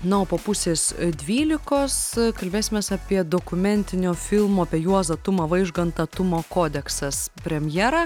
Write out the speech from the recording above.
na o po pusės dvylikos kalbėsimės apie dokumentinio filmo apie juozą tumą vaižgantą tumo kodeksas premjerą